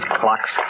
clocks